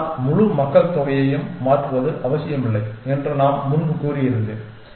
ஆனால் முழு மக்கள்தொகையையும் மாற்றுவது அவசியமில்லை என்று நான் முன்பு கூறியிருந்தேன்